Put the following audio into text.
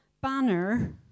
banner